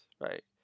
right